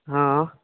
हँ